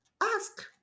ask